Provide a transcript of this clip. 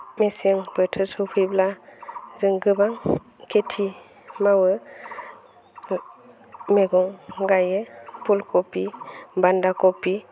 मेसें बोथोर सफैब्ला जों गोबां खिथि मावो मैगं गायो फुलखबि बान्दाखबि